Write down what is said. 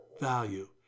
value